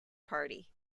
party